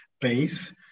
base